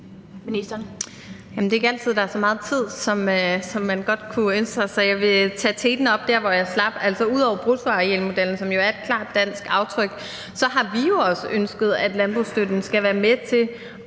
Det er ikke altid, der er så meget tid, som man godt kunne ønske sig, så jeg vil tage det op dér, hvor jeg slap. Altså, ud over bruttoarealmodellen, som jo er et klart dansk aftryk, har vi jo også ønsket, at landbrugsstøtten skal være med til